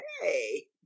Hey